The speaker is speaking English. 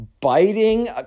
biting